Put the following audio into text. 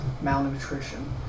malnutrition